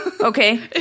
Okay